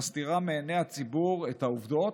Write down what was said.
שמסתירה מעיני הציבור את העובדות,